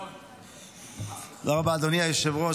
אדוני היושב-ראש,